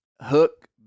Hook